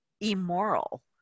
immoral